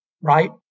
right